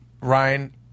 Ryan